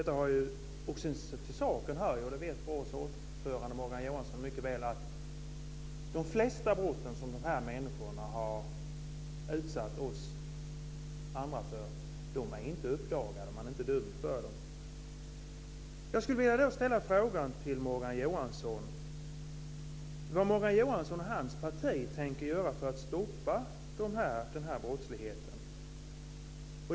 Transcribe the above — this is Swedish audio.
Till saken hör - det vet BRÅ:s ordförande Morgan Johansson mycket väl - att de flesta brott som dessa människor har utsatt oss andra för inte är uppdagade och att ingen är dömd för dem. Jag skulle vilja ställa frågan till Morgan Johansson: Vad tänker Morgan Johansson och hans parti göra för att stoppa den här brottsligheten?